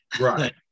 Right